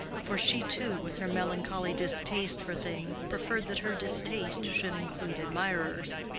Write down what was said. for she, too, with her melancholy distaste for things, preferred that her distaste should include admirers.